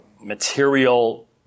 material